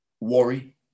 Worry